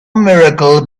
miracle